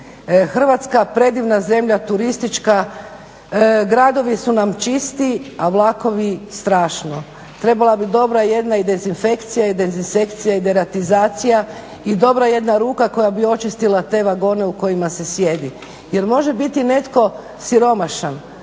Hrvatska predivna zemlja, turistička, gradovi su nam čisti a vlakovi strašno. Trebala bi dobra jedna i dezinfekcija i dezinsekcija i dezinsekcija i deratizacija i dobra jedna ruka koja bi očistila te vagone u kojima se sjedi. Jer može biti netko siromašan,